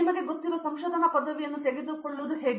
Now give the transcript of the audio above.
ನಿಮಗೆ ಗೊತ್ತಿರುವ ಸಂಶೋಧನಾ ಪದವಿ ತೆಗೆದುಕೊಳ್ಳುವುದು ಹೇಗೆ